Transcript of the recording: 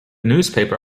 newspaper